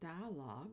dialogue